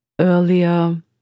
earlier